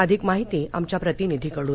अधिक माहिती आमच्या प्रतिनिधीकडून